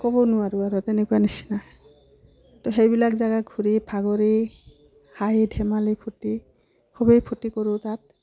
ক'ব নোৱাৰোঁ আৰু তেনেকুৱা নিচিনা ত' সেইবিলাক জেগা ঘূৰি ভাগৰি হাঁহি ধেমালি ফূৰ্তি খুবেই ফূৰ্তি কৰোঁ তাত